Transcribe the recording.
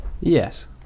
Yes